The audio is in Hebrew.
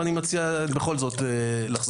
ואני מציע בכל זאת שתחזור בך.